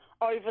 over